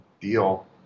deal